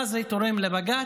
מה זה תורם לבג"ץ?